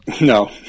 No